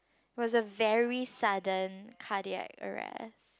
was a very sudden cardiac arrest